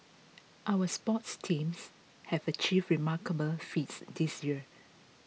our sports teams have achieved remarkable feats this year